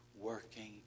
working